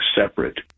separate